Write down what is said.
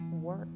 work